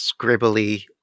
scribbly